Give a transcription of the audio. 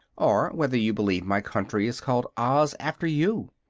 or whether you believe my country is called oz after you.